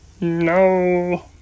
No